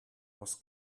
was